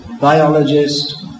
biologist